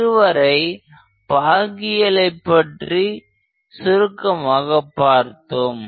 இதுவரை பாகியலை பற்றி சுருக்கமாக பார்த்தோம்